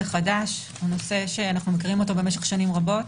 חדש אנחנו מכירים אותו במשך שנים רבות.